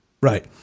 Right